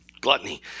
gluttony